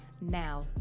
Now